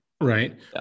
right